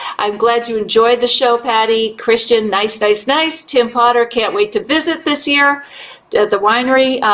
i'm glad you enjoyed the show, patti, christian, nice, nice, nice. tim potter, can't wait to visit this year the winery.